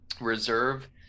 reserve